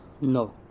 No